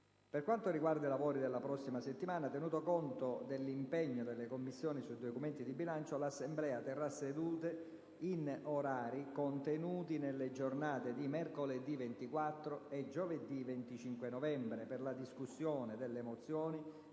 Per quanto riguarda i lavori della prossima settimana, tenuto conto dell'impegno delle Commissioni sui documenti di bilancio, l'Assemblea terrà sedute, in orari contenuti, nelle giornate di mercoledì 24 e di giovedì 25 novembre per la discussione delle mozioni